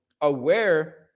aware